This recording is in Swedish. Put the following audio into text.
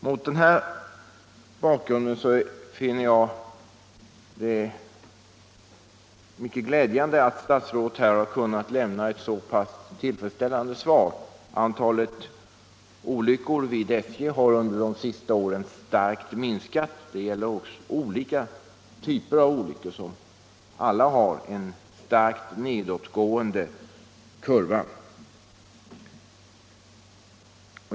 Mot den bakgrunden finner jag det mycket glädjande att statsrådet kunnat lämna ett så tillfredsställande svar. Antalet olyckor vid SJ har under de senaste åren starkt minskat. Det gäller olika typer av järnvägsolyckor, som alla visar en starkt nedåtgående kurva.